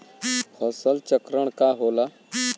फसल चक्रण का होला?